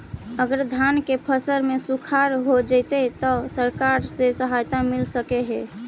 अगर धान के फ़सल में सुखाड़ होजितै त सरकार से सहायता मिल सके हे?